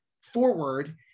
forward